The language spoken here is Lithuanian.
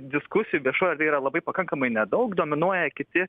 diskusijų viešoj erdvėj yra labai pakankamai nedaug dominuoja kiti